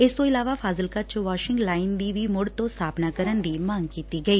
ਇਸ ਤੋਂ ਇਲਾਵਾ ਫਾਜ਼ਿਲਕਾ ਚ ਵਾਸ਼ਿੰਗ ਲਾਈਨ ਦੀ ਵੀ ਮੁੜ ਤੋਂ ਸਬਾਪਨਾ ਕਰਨ ਦੀ ਮੰਗ ਕੀਤੀ ਗਈ